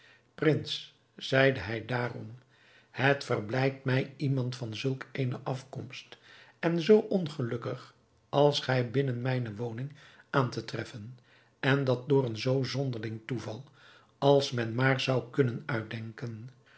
prins zeide hij daarom het verblijdt mij iemand van zulk eene afkomst en zoo ongelukkig als gij binnen mijne woning aan te treffen en dat door een zoo zonderling toeval als men maar zou kunnen uitdenken